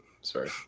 sorry